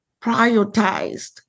prioritized